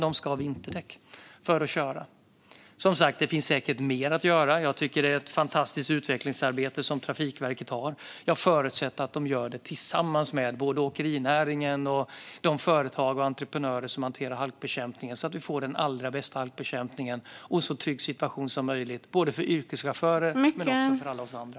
De ska ha vinterdäck för att köra. Det finns säkert mer att göra. Det är ett fantastiskt utvecklingsarbete som Trafikverket har. Jag förutsätter att det gör det tillsammans med åkerinäringen och de företag och entreprenörer som hanterar halkbekämpningen så att vi får den allra bästa halkbekämpningen och en så trygg situation som möjligt för både yrkeschaufförer och alla oss andra.